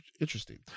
Interesting